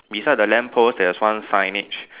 beside the lamppost there's one signage